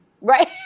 Right